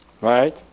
right